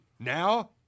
Now